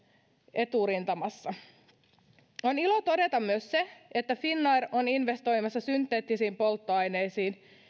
eturintamassa on ilo todeta myös se että finnair on investoimassa synteettisiin polttoaineisiin